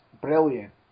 brilliant